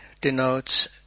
denotes